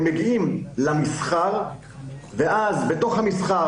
הם מגיעים למסחר ואז בתוך המסחר,